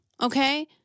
okay